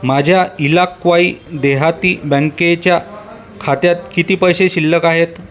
माझ्या इलाक्वाई देहाती बँकेच्या खात्यात किती पैसे शिल्लक आहेत